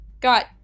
got